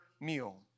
meal